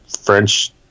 French